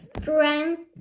strength